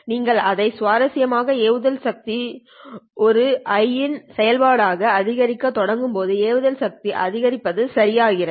நீங்கள் அதை சுவாரஸ்யமாக்க ஏவுதல் சக்தி ஒரு I யின் செயல்பாடாக அதிகரிக்கத் தொடங்கும்போது ஏவுதல் சக்தி அதிகரிப்பது சரியாகும்